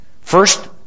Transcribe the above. First